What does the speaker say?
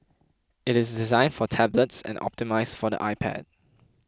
it is designed for tablets and optimised for the iPad